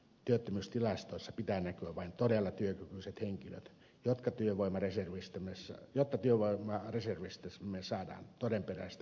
työttömyystilastoissa pitää näkyä vain todella työkykyiset henkilöt jotta työvoimareservistämme saadaan todenperäistä kuvaa